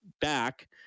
back